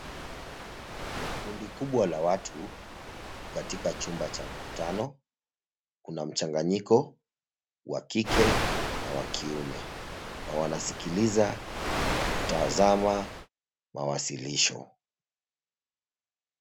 Kundi kubwa la watu, katika chumba cha mkutano. Kuna mchanganyiko wa kike na wa kiume, na wanasikiliza na kutazama mawasilisho.